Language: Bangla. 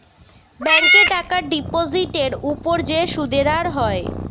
ব্যাংকে টাকার ডিপোজিটের উপর যে সুদের হার হয়